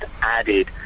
added